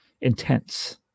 intense